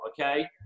okay